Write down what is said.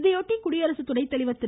இதையொட்டி குடியரசுத்துணைத்தலைவர் திரு